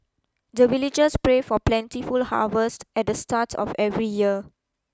the villagers pray for plentiful harvest at the start of every year